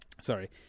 Sorry